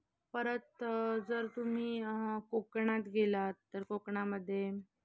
परत जर तुम्ही कोकणात गेला आहात तर कोकणामध्ये